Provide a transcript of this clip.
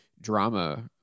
drama